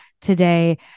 today